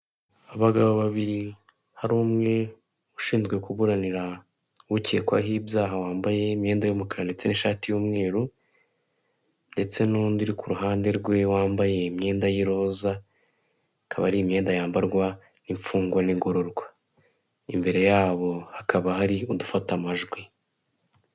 Abagabo babiri hari umwe ushinzwe kuburanira ukekwaho ibyaha wambaye imyenda y'umukara ndetse n'ishati y'umweru, ndetse n'undi uri ku ruhande rwe wambaye imyenda y'iroza, akaba ari imyenda yambarwa n'imfungwa n'igororwa, imbere yabo hakaba hari udufata amajwi.